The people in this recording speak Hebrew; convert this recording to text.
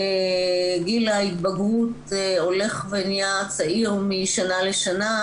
גיל ההתבגרות הולך ונהיה צעיר משנה לשנה,